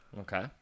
Okay